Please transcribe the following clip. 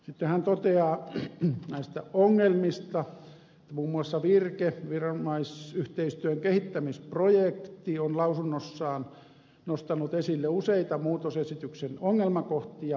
sitten hän toteaa näistä ongelmista että muun muassa virke viranomaisyhteistyön kehittämisprojekti on lausunnossaan nostanut esille useita muutosesityksen ongelmakohtia